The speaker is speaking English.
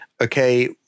Okay